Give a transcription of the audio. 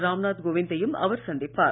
ராம் நாத் கோவிந்தையும் அவர் சந்திப்பார்